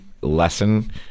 lesson